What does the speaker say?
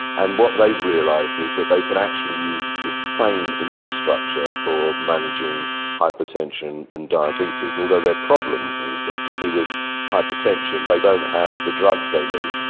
and what they've realised is that they can actually use this same infrastructure for managing hypertension and diabetes, although their problem is that, particularly with hypertension, they don't have the drugs they need.